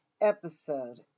Episode